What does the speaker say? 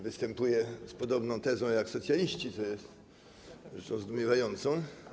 Występuję z podobną tezą jak socjaliści, co jest rzeczą zdumiewającą.